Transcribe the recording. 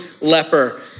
leper